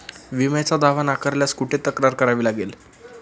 विम्याचा दावा नाकारल्यास कुठे तक्रार करावी लागेल?